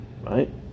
right